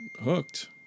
hooked